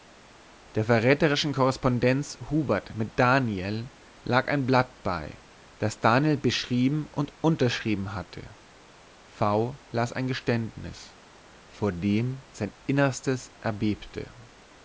der verräterischen korrespondenz huberts mit daniel lag ein blatt bei das daniel beschrieben und unterschrieben hatte v las ein geständnis vor dem sein innerstes erbebte